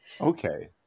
Okay